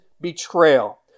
betrayal